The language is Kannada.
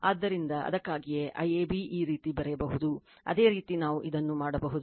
ಆದ್ದರಿಂದ ಅದಕ್ಕಾಗಿಯೇ IAB ಈ ರೀತಿ ಬರೆಯಬಹುದು ಅದೇ ರೀತಿ ನಾವು ಇದನ್ನು ಮಾಡಬಹುದು